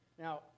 Now